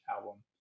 album